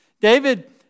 David